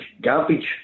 garbage